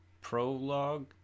prologue